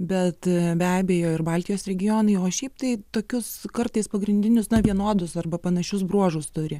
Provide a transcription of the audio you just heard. bet be abejo ir baltijos regionui o šiaip tai tokius kartais pagrindinius na vienodus arba panašius bruožus turi